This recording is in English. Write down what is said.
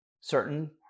certain